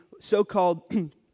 so-called